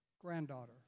granddaughter